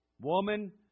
Woman